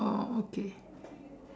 oh okay